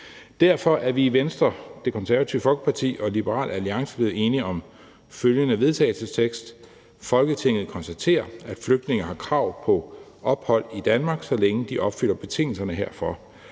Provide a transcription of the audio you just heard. Derfor er vi i Venstre, Det Konservative Folkeparti og Liberal Alliance blevet enige om følgende vedtagelsestekst: Forslag til vedtagelse »Folketinget konstaterer, at flygtninge har krav på ophold i Danmark, så længe de opfylder betingelserne herfor,